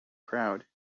crowd